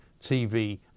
tv